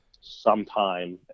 sometime